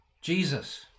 Jesus